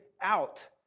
Out